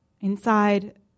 Inside